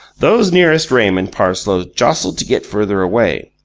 those nearest raymond parsloe jostled to get further away.